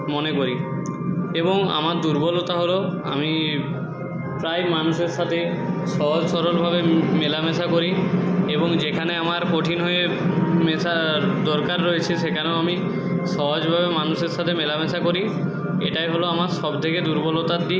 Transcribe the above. মনে করি এবং আমার দুর্বলতা হলো আমি প্রায়ই মানুষের সাথে সহজ সরলভাবে মেলামেশা করি এবং যেখানে আমার কঠিন হয়ে মেশার দরকার রয়েছে সেখানেও আমি সহজভাবে মানুষের সাথে মেলামেশা করি এটাই হলো আমার সব থেকে দুর্বলতার দিক